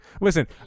Listen